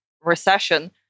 recession